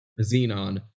Xenon